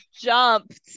jumped